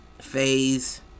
phase